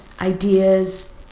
ideas